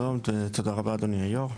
שלום ותודה רבה, אדוני היושב-ראש.